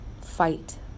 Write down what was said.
fight